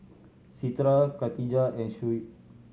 Citra Khatijah and Shuib